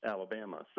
Alabama